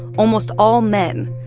almost all men,